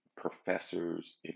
professors